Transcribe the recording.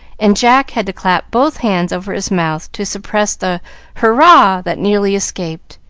and jack had to clap both hands over his mouth to suppress the hurrah! that nearly escaped.